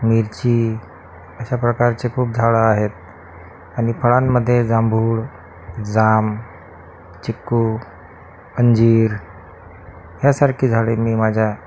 मिरची अशा प्रकारची खूप झाडं आहेत आणि फळांमध्ये जांभूळ जाम चिकू अंजीर यासारखी झाडे मी माझ्या